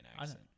accent